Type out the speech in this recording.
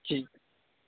جی